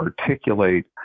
articulate